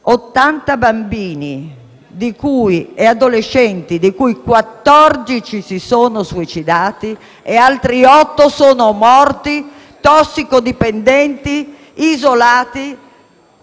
80 bambini e adolescenti, di cui 14 si sono suicidati e altri 8 sono morti tossicodipendenti, isolati,